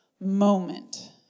moment